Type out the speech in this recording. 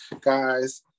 guys